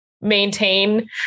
maintain